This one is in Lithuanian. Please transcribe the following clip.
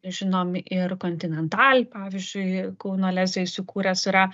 žinomi ir continental pavyzdžiui kauno leze įsikūręs yra